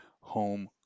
home